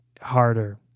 harder